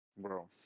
Bro